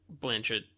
Blanchett